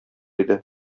иде